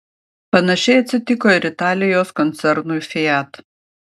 panašiai atsitiko ir italijos koncernui fiat